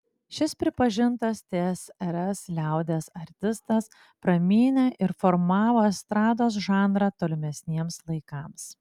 šis pripažintas tsrs liaudies artistas pramynė ir formavo estrados žanrą tolimesniems laikams